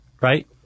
right